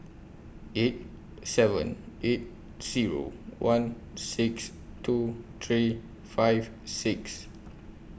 eight seven eight Zero one six two three five six